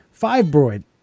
Fibroid